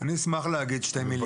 אני אשמח להגיד שתי מילים.